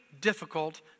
difficult